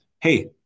hey